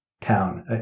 town